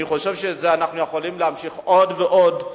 אני חושב שאנחנו יכולים להמשיך עוד ועוד,